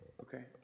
okay